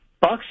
Bucks